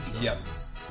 Yes